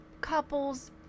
couples